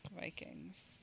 Vikings